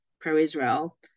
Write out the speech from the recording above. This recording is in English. pro-Israel